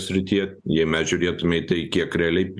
srityje jei mes žiūrėtume į tai kiek realiai